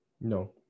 No